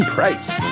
Price